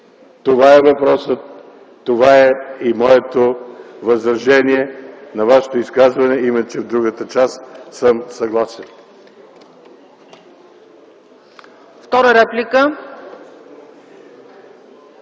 Това е въпросът. Това е и моето възражение на Вашето изказване, иначе в другата част съм съгласен.